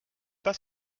pas